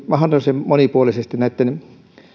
mahdollisimman monipuolisesti näitten